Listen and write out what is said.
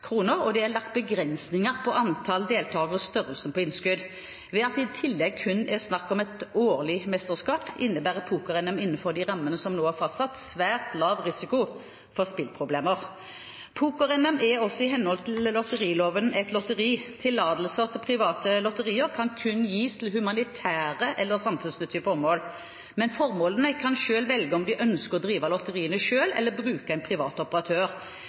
og det er lagt begrensninger på antall deltagere og størrelsen på innskudd. Ved at det i tillegg kun er snakk om ett årlig mesterskap, innebærer poker-NM innenfor de rammene som nå er fastsatt, svært lav risiko for spilleproblemer. Poker-NM er i henhold til lotteriloven et lotteri. Tillatelser til private lotterier kan kun gis til humanitære eller samfunnsnyttige formål, men formålene kan selv velge om de ønsker å drive lotteriene selv eller bruke en privat operatør. De aller fleste formålene velger da å bruke privat operatør.